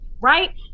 right